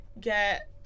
get